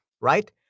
right